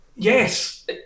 Yes